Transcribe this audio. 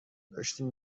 داشتی